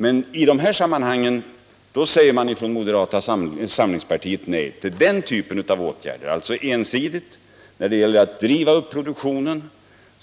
Men till den typen av åtgärder säger man från moderata samlingspartiet ensidigt nej. När det gäller att driva upp produktionen